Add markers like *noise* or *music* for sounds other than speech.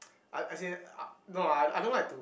*noise* as as in no ah no I I don't like to